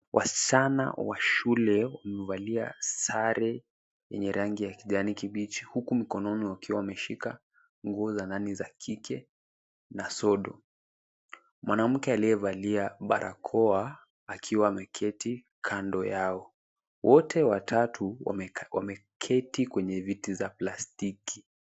Wasichana wa shule wamevalia sare yenye rangi ya kijani kibichi huku mkononi wakiwa wameshika nguo za ndani za kike na sodo, mwanamke aliyevalia barakoa akiwa ameketi kando yao. Wote watatu wameketi kwenye viti za plastiki.